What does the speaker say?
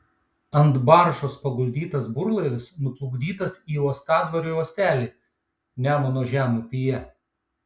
ant baržos paguldytas burlaivis nuplukdytas į uostadvario uostelį nemuno žemupyje